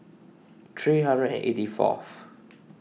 three hundred and eighty fourth